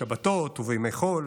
בשבתות ובימי חול,